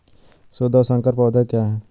शुद्ध और संकर पौधे क्या हैं?